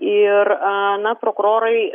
ir na prokurorai